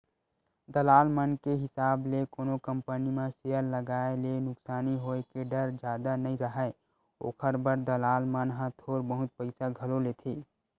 दलाल मन के हिसाब ले कोनो कंपनी म सेयर लगाए ले नुकसानी होय के डर जादा नइ राहय, ओखर बर दलाल मन ह थोर बहुत पइसा घलो लेथें